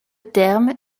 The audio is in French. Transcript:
terme